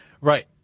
Right